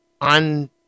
on